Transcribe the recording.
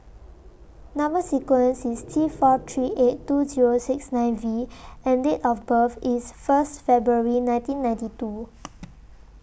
Number sequence IS T four three eight two Zero six nine V and Date of birth IS First February nineteen ninety two